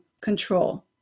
control